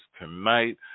Tonight